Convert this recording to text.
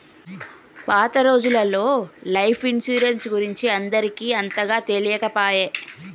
పాత రోజులల్లో life insurance గురించి అందరికి అంతగా తెలియకపాయె